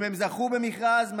אם הם זכו במכרז,